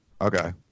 Okay